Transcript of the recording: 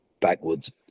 backwards